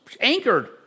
anchored